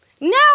Now